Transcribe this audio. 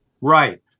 Right